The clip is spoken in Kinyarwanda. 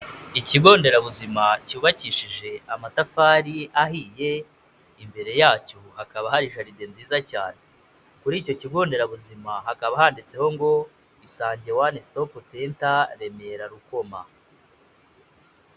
Ikigo nderabuzima cyubakishije amatafari ahiye, imbere yacyo hakaba hari jaride nziza cyane, kuri icyo kigo nderabuzima hakaba handitseho ngo Isange One Stop Center, Remera Rukoma.